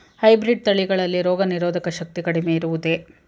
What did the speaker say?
Hybrid ತಳಿಗಳಲ್ಲಿ ರೋಗನಿರೋಧಕ ಶಕ್ತಿ ಕಡಿಮೆ ಇರುವುದೇ?